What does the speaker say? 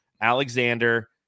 Alexander